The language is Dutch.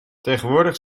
tegenwoordig